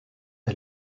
est